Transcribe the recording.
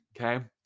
okay